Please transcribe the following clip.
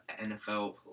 NFL